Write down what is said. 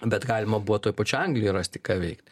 bet galima buvo toj pačioj anglijoj rasti ką veikt